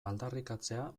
aldarrikatzea